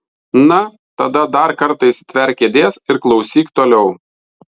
na tada dar kartą įsitverk kėdės ir klausyk toliau